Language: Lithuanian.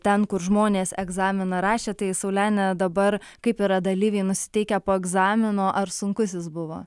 ten kur žmonės egzaminą rašė tai saulenė dabar kaip yra dalyviai nusiteikę po egzamino ar sunkus jis buvo